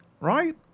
right